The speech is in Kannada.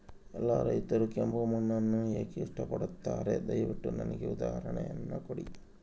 ಎಲ್ಲಾ ರೈತರು ಕೆಂಪು ಮಣ್ಣನ್ನು ಏಕೆ ಇಷ್ಟಪಡುತ್ತಾರೆ ದಯವಿಟ್ಟು ನನಗೆ ಉದಾಹರಣೆಯನ್ನ ಕೊಡಿ?